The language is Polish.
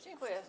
Dziękuję.